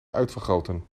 uitvergroten